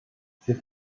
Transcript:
sie